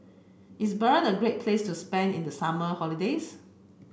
is Bahrain a great place to spend in the summer holiday